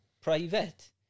private